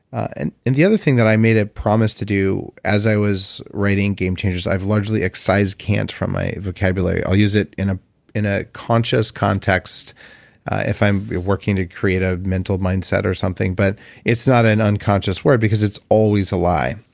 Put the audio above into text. the other thing that i made a promise to do as i was writing game changers, i've largely excised can't from my vocabulary. i'll use it in a in a conscious context if i'm working to create a mental mindset or something, but it's not an unconscious word because it's always a lie.